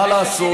מה לעשות?